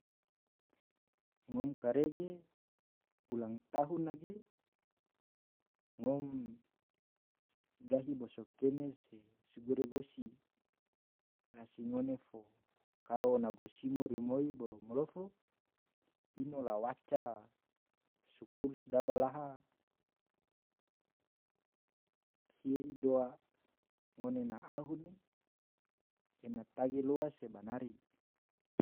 ngone kare ge ulang tahun nage ngom gahi boso kene se segure gosi rasi kone fo karo ona gosi rimoi bolo malofo ino la waca sukur sedaba laha ki doa ngone na ahu ne ena tagi loa se banari.